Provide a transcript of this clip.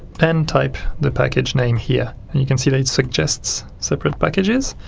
and type the package name here and you can see that it suggests several packages,